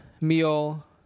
meal